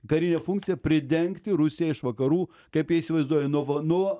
karinė funkcija pridengti rusiją iš vakarų kaip jie įsivaizduoja nuo va nuo